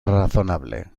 razonable